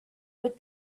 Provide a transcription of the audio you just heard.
with